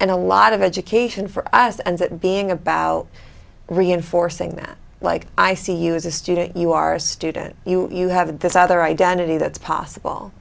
and a lot of education for us and that being about reinforcing that like i see you as a student you are a student you you have this other identity that's possible